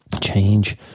Change